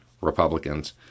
Republicans